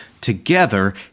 together